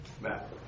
Matt